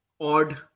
odd